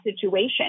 situation